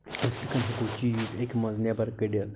أسۍ کِتھ کٔنۍ چیٖز اَکہِ منٛز نٮ۪بر کٔڑِتھ